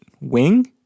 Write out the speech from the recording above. wing